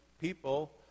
people